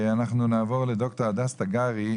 אנחנו נעבור לד"ר הדס תגרי,